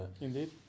Indeed